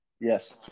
Yes